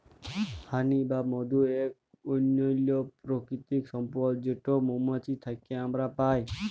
হানি বা মধু ইক অনল্য পারকিতিক সম্পদ যেট মোমাছি থ্যাকে আমরা পায়